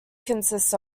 consists